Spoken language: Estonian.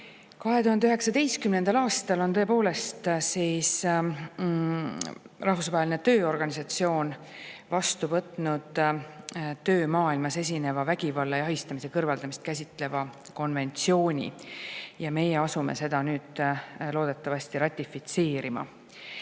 2019. aastal on tõepoolest Rahvusvaheline Tööorganisatsioon vastu võtnud töömaailmas esineva vägivalla ja ahistamise kõrvaldamist käsitleva konventsiooni ja meie asume seda nüüd loodetavasti ratifitseerima.